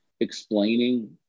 explaining